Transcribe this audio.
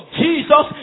jesus